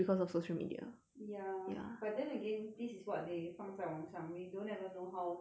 ya but then again this is what they 放在网上 we don't ever know how like